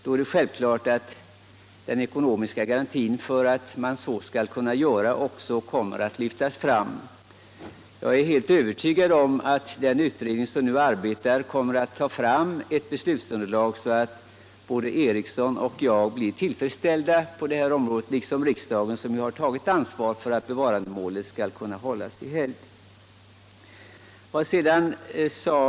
Då är det självklart att det också skapas garantier för att så skall kunna ske. Jag är övertygad om att den utredning som nu arbetar kommer att ta fram ett beslutsunderlag så att både herr Eriksson och jag —- liksom riksdagen som ju tagit ansvaret för att bevarandemålet skall kunna hållas i helgd — blir tillfredsställda.